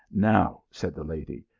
now, said the lady,